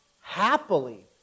happily